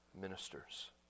ministers